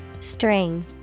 String